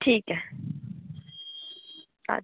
ठीक ऐ अच्छा